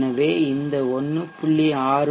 எனவே இந்த 1